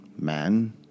man